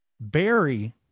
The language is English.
Barry